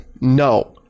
no